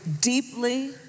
deeply